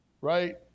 right